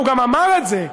הוא גם אמר את זה,